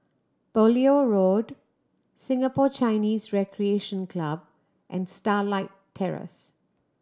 Beaulieu Road Singapore Chinese Recreation Club and Starlight Terrace